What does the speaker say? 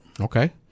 Okay